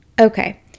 Okay